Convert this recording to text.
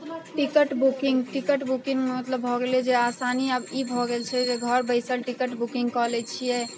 ticket booking ticket बुकिङ्गमे मतलब भऽ गेलै जे आसानी आब ई भऽ गेल छै जे घर बैसल टिकट बुकिङ्ग कऽ लै छिए